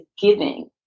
giving